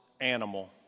animal